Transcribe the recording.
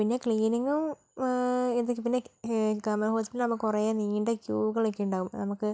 പിന്നെ ക്ലീനിങ്ങും ഗവൺമെൻറ് ഹോസ്പിറ്റലാകുമ്പോൾ കുറേ നീണ്ട ക്യുകളൊക്കെ ഉണ്ടാകും അത് നമുക്ക്